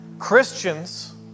Christians